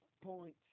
points